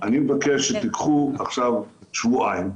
אני מבקש שתיקחו עכשיו שבועיים,